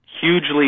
Hugely